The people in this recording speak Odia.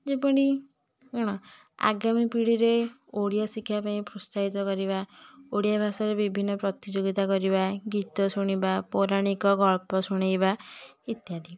ଯେ ପୁଣି କ'ଣ ଆଗାମୀ ପିଢ଼ିରେ ଓଡ଼ିଆ ଶିକ୍ଷା ପାଇଁ ପ୍ରୋତ୍ସାହିତ କରିବା ଓଡ଼ିଆ ଭାଷାରେ ବିଭିନ୍ନ ପ୍ରତିଯୋଗିତା କରିବା ଗୀତ ଶୁଣିବା ପୌରାଣିକ ଗଳ୍ପ ଶୁଣେଇବା ଇତ୍ୟାଦି